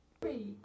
Three